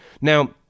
Now